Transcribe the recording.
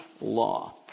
law